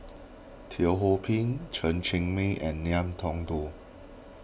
Teo Ho Pin Chen Cheng Mei and Ngiam Tong Dow